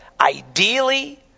Ideally